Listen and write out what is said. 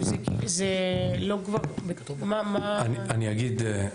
אני אגיד,